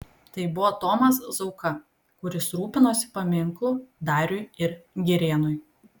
tai buvo tomas zauka kuris rūpinosi paminklu dariui ir girėnui